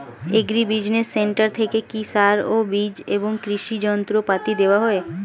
Agri business centre থেকে কি সার ও বিজ এবং কৃষি যন্ত্র পাতি দেওয়া হয়?